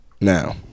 Now